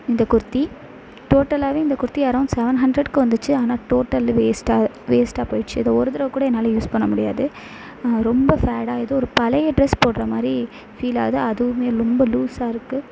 இந்த குர்த்தி டோட்டலாகவே இந்த குர்த்தி அரௌண்ட் செவன் ஹண்ட்ரெடுக்கு வந்துச்சு ஆனால் டோட்டலு வேஸ்ட்டாக வேஸ்ட்டாக போயிடுச்சி இதை ஒரு தடவ கூட என்னால் யூஸ் பண்ண முடியாது ரொம்ப ஃபேடாக ஏதோ ஒரு பழைய ட்ரெஸ் போடுற மாதிரி ஃபீலாகுது அதுவும் ரொம்ப லூஸாக இருக்கு